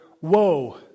woe